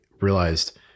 realized